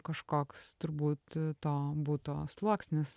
kažkoks turbūt to buto sluoksnis